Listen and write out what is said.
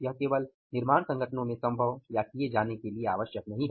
यह केवल निर्माण संगठनों में संभव या किए जाने के लिए आवश्यक नहीं है